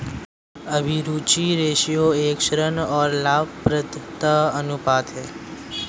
अभिरुचि रेश्यो एक ऋण और लाभप्रदता अनुपात है